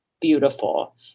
beautiful